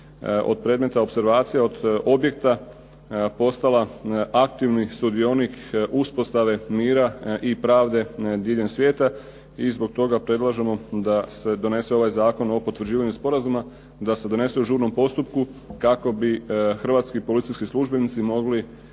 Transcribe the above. od predmeta opservacije, od objekta postala aktivni sudionik uspostave mira i pravde diljem svijeta. I zbog toga predlažemo da se donese ovaj zakon o potvrđivanju sporazuma, da se donese u žurnom postupku kako bi hrvatski policijski službenici mogli